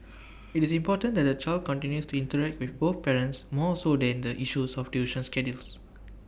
IT is important that the child continues to interact with both parents more so than issues of tuition schedules